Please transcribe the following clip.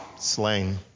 slain